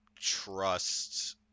trust